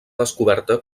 descoberta